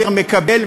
קיבל,